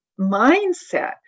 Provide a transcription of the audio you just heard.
mindset